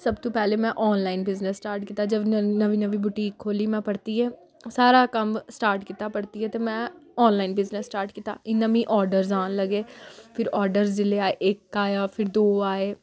सब तूं पैह्लें में आनलाइन बिजनेस स्टार्ट कीता जब नमीं नमीं बुटीक खोह्ली में परतियै सारा कम्म स्टार्ट कीता परतियै ते में आनलाइन बिजनेस स्टार्ट कीता इ'यां मीं आर्डरस आन लगे फिर आर्डरस जेल्लै आए इक आया फिर दो आए